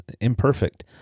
imperfect